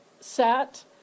sat